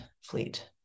fleet